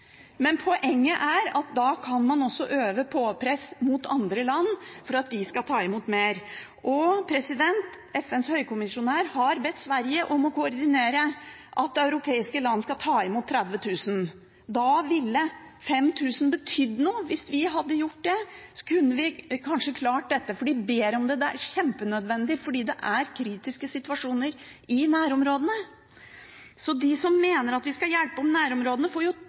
Men poenget er at da kan man også øve press mot andre land for at de skal ta imot flere. FNs høykommissær har bedt Sverige om å koordinere at europeiske land skal ta imot 30 000. Da ville 5 000 betydd noe. Hvis vi hadde gjort det, kunne vi kanskje klart dette. De ber om det. Det er kjempenødvendig, fordi det er kritiske situasjoner i nærområdene. Så de som mener at vi skal hjelpe nærområdene, får jo